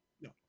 No